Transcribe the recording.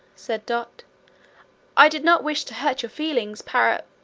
said dot i did not wish to hurt your feelings, para,